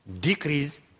decrease